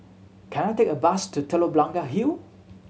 can I take a bus to Telok Blangah Hill